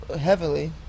heavily